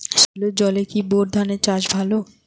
সেলোর জলে কি বোর ধানের চাষ ভালো?